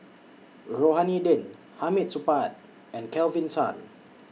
Rohani Din Hamid Supaat and Kelvin Tan